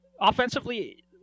Offensively